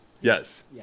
Yes